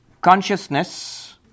Consciousness